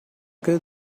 good